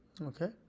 Okay